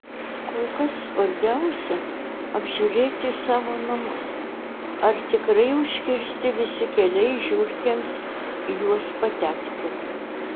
kol kas svarbiausia apžiūrėti savo namus ar tikrai užkirsti visi keliai žiurkėms į juos patekti